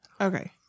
Okay